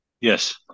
Yes